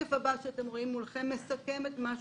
השקף הבא שאתם רואים מולכם מסכם את מה שאמרתי.